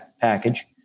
package